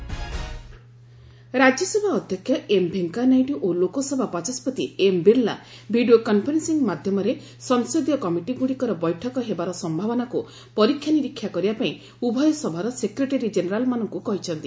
RS chairman LS speaker Rajya Sabha ଅଧ୍ୟକ୍ଷ M Venkaiah Naidu ଓ ଲୋକସଭା ବାଚସ୍କତି ଏମ୍ ବିର୍ଲା ଭିଡ଼ିଓ କନ୍ଫରେନ୍ସିଂ ମାଧ୍ୟମରେ ସଂସଦୀୟ କମିଟିଗୁଡ଼ିକର ବୈଠକ ହେବାର ସମ୍ଭାବନାକୁ ପରୀକ୍ଷା ନିରୀକ୍ଷା କରିବା ପାଇଁ ଉଭୟ ସଭାର ସେକ୍ରେଟେରୀ କେନେରାଲ୍ମାନଙ୍କୁ କହିଛନ୍ତି